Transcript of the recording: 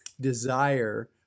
desire